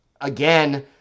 again